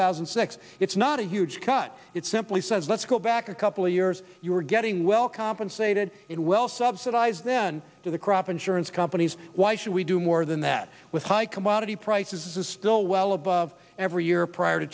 thousand and six it's not a huge cut it simply says let's go back a couple of years you were getting well compensated in well subsidized then to the crop insurance companies why should we do more than that with high commodity prices is still well above every year prior to